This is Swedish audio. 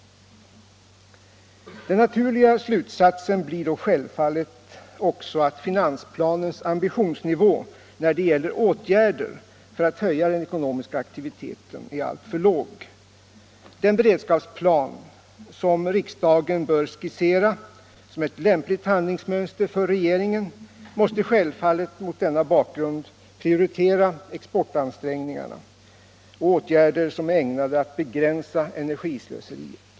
Den naturliga slutsatsen blir då självfallet också att finansplanens ambitionsnivå när det gäller åtgärder för att höja den ekonomiska aktiviteten är alltför låg. Den beredskapsplan som riksdagen bör skissera som ett lämpligt handlingsmönster för regeringen måste givetvis mot denna bakgrund prioritera exportansträngningarna och åtgärder som är ägnade att begränsa energislöseriet.